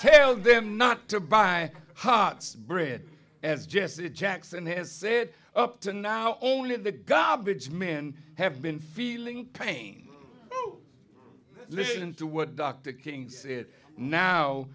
tell them not to buy hots brid as jesse jackson has said up to now only in the garbage men have been feeling pain listening to what dr king said now